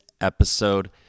episode